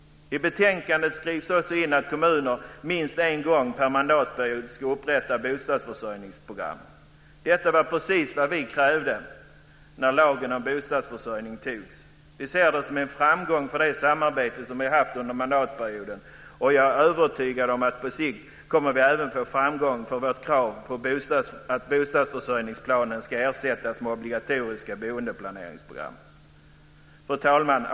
I betänkandet skrivs också in att kommunerna minst en gång per mandatperiod ska upprätta en bostadsförsörjningsprogram. Detta var precis det som vi krävde när lagen om bostadsförsörjning antogs. Vi ser detta som en framgång för det samarbete som vi har haft under denna mandatperiod, och jag är övertygad om att vi på sikt kommer att få framgång för vårt krav på att bostadsförsörjningsplanen ska ersättas med obligatoriska boendeplaneringsprogram. Fru talman!